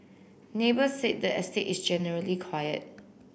neighbours said the estate is generally quiet